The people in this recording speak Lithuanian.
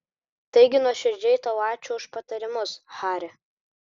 taigi nuoširdžiai tau ačiū už patarimus hari